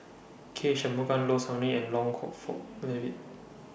K Shanmugam Low Sanmay and Hock Fong At that Day